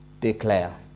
declare